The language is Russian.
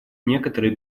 некоторые